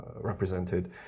represented